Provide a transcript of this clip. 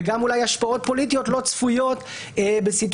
וגם אולי השפעות פוליטיות לא צפויות בסיטואציה